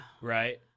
Right